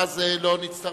ואז לא נצטרך.